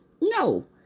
No